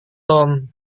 tom